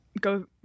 go